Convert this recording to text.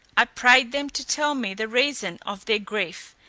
i prayed them to tell me the reason of their grief,